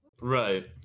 right